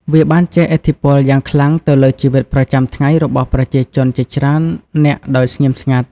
វាបានជះឥទ្ធិពលយ៉ាងខ្លាំងទៅលើជីវិតប្រចាំថ្ងៃរបស់ប្រជាជនជាច្រើននាក់ដោយស្ងាត់ស្ងៀម។